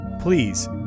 please